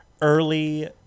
early